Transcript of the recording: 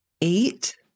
Eight